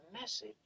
message